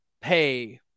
pay